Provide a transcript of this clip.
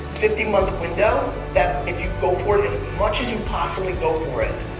fifty month window that if you go for it as much as you possibly go for it,